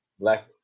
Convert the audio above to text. Black